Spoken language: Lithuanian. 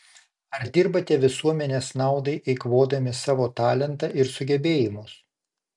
ar dirbate visuomenės naudai eikvodami savo talentą ir sugebėjimus